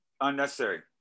unnecessary